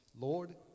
Lord